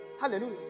Hallelujah